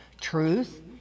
truth